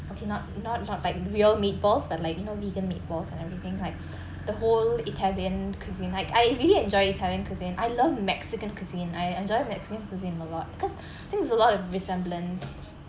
okay not not not like real meatballs but like you know vegan meatballs and everything like the whole italian cuisine like I really enjoy italian cuisine I love mexican cuisine I enjoy mexican cuisine a lot because think there's a lot of resemblance